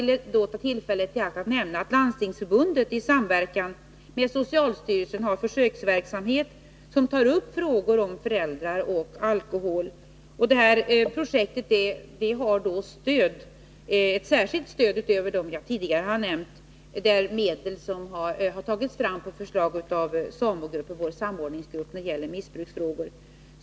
Landstingsförbundet bedriver i samverkan med socialstyrelsen en försöksverksamhet, där man tar upp frågor om föräldrar och alkohol. Detta projekt har ett särskilt stöd utöver det som jag tidigare har nämnt. Medel har anslagits på förslag av samordningsgruppen när det gäller missbruksfrågor.